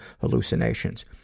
hallucinations